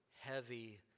heavy